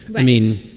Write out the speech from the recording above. i mean,